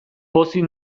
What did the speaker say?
pozik